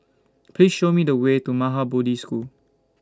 Please Show Me The Way to Maha Bodhi School